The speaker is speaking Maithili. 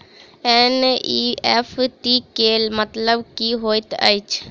एन.ई.एफ.टी केँ मतलब की होइत अछि?